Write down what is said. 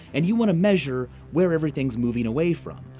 and you want to measure where everything is moving away from.